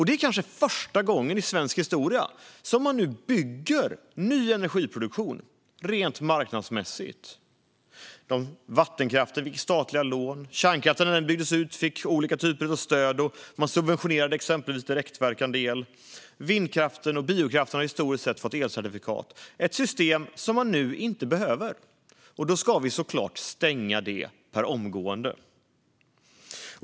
Det är kanske första gången i svensk historia som man nu bygger ny energiproduktion rent marknadsmässigt. Vattenkraften fick statliga lån. När kärnkraften byggdes ut fick den olika typer av stöd. Man subventionerade exempelvis direktverkande el. Vind och biokraften har historiskt sett fått elcertifikat. Det är ett system som man nu inte behöver, och då ska vi såklart stänga det per omgående.